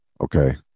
Okay